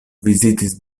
vizitis